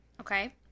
Okay